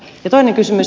ja toinen kysymys